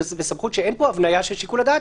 אז בסמכות שאין פה הבנייה של שיקול הדעת